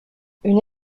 une